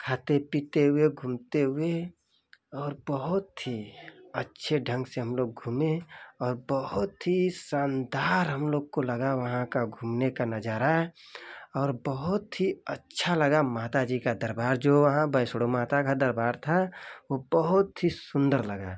खाते पीते हुए घूमते हुए और बहुत ही अच्छे ढंग से हम लोग घूमें और बहुत ही सांदार हम लोग को लगा वहाँ का घूमने का नज़ारा और बहुत ही अच्छा लगा माता जी का दरबार जो वहाँ वैष्णो माता का दरबार था वो बहुत ही सुन्दर लगा